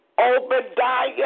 Obadiah